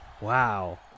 Wow